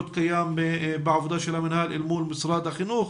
קיים בעבודה של המינהל אל מול משרד החינוך,